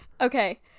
Okay